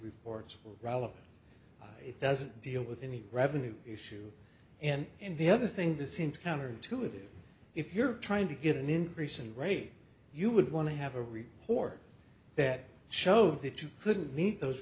relevant it doesn't deal with any revenue issue and in the other thing that seem counterintuitive if you're trying to get an increase in rate you would want to have a report that showed that you couldn't meet those